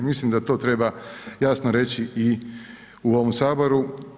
Mislim da to treba jasno reći i u ovom Saboru.